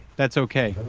that's okay.